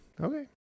okay